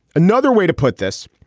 another way to put this,